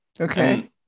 okay